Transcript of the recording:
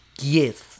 Yes